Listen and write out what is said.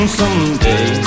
someday